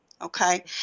Okay